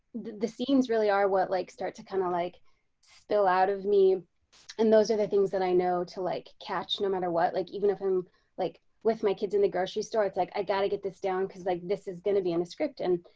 the scenes really are what like start to kind of like spill out of me and those are the things that i know to like catch no matter what like even if i'm like with my kids in the grocery store, it's like i gotta get this down because like this is gonna be in a script and